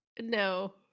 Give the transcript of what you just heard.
no